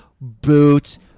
boots